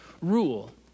rule